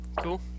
Cool